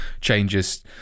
changes